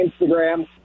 Instagram